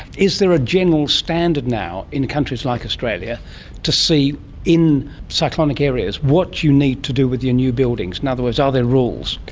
is there a general standard now in countries like australia to see in cyclonic areas what you need to do with your new buildings? in other words, are there rules?